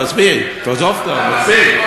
תעזוב כבר, מספיק.